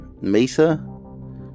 Mesa